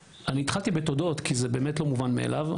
התחלתי בתודות כי זה באמת לא מובן מאליו,